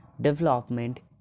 development